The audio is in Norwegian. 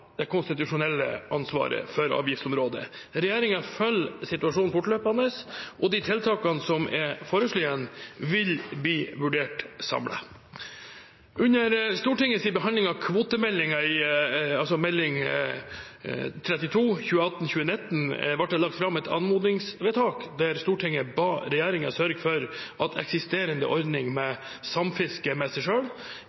det finansministeren som har det konstitusjonelle ansvaret for avgiftsområdet. Regjeringen følger situasjonen fortløpende, og de tiltakene som er foreslått, vil bli vurdert samlet. Under Stortingets behandling av kvotemeldingen, Meld. St. 32 for 2018–2019, ble det lagt fram et anmodningsvedtak der Stortinget ba «regjeringen sørge for at eksisterende ordning med